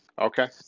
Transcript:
Okay